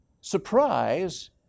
surprise